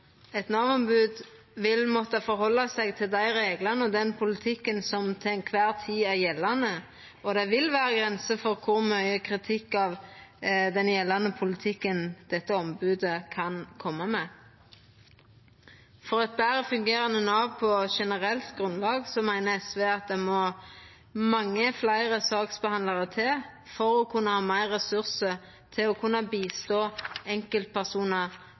Eit Nav-ombod vil måtta halda seg til dei reglane og den politikken som til kvar tid gjeld, og det vil vera grenser for kor mykje kritikk av den gjeldande politikken dette ombodet kan koma med. For eit betre fungerande Nav på generelt grunnlag meiner SV at det må mange fleire saksbehandlarar til for å kunna ha meir ressursar til å hjelpa enkeltpersonar